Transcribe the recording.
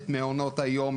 את מעונות היום,